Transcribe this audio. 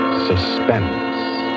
Suspense